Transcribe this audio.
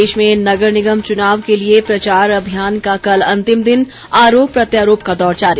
प्रदेश में नगर निगम चुनाव के लिए प्रचार अभियान का कल अंतिम दिन आरोप प्रत्यारोप का दौर जारी